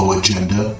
agenda